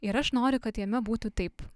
ir aš noriu kad jame būtų taip